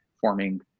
forming